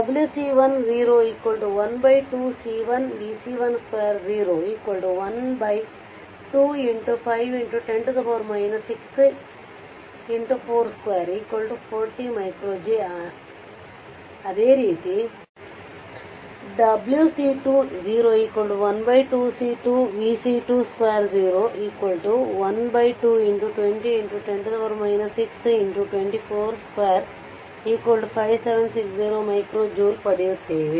w C1 12C1 v C1212x5x10 6x240J ಅದೇ ರೀತಿ w C2 12C2 v C22 12x20x10 6x25760J ಪಡೆಯುತ್ತೇವೆ